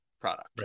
product